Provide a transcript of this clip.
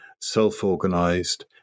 self-organized